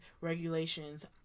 regulations